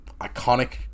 iconic